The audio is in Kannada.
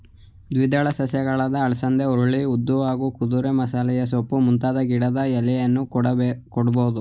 ದ್ವಿದಳ ಸಸ್ಯಗಳಾದ ಅಲಸಂದೆ ಹುರುಳಿ ಉದ್ದು ಹಾಗೂ ಕುದುರೆಮಸಾಲೆಸೊಪ್ಪು ಮುಂತಾದ ಗಿಡದ ಎಲೆಯನ್ನೂ ಕೊಡ್ಬೋದು